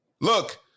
Look